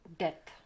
death